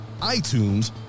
iTunes